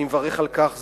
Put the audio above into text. אני מברך על כך,